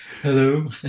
hello